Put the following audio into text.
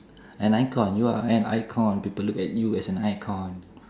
an icon you are an icon people look at you as an icon